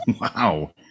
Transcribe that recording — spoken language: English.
Wow